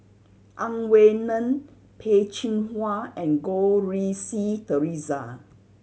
Ang Wei Neng Peh Chin Hua and Goh Rui Si Theresa